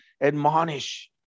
admonish